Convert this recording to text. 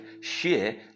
share